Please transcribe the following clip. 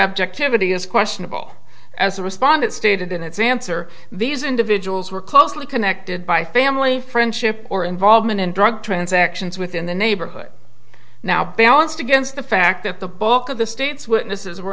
objectivity is questionable as the respondent stated in exams or these individuals were closely connected by family friendship or involvement in drug transactions within the neighborhood now balanced against the fact that the bulk of the state's witnesses were